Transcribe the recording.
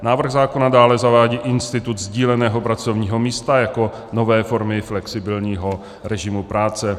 Návrh zákona dále zavádí institut sdíleného pracovního místa jako nové formy flexibilního režimu práce.